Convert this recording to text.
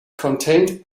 contained